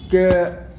के